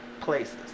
places